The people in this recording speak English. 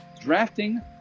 drafting